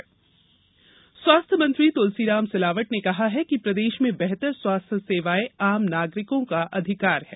संजीवनी clinic स्वास्थ्य मंत्री तूलसीराम सिलावट ने कहा है कि प्रदेश में बेहतर स्वास्थ्य सेवाएं आम नागरिकों का अधिकार है